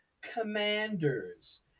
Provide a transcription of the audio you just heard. Commanders